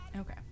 okay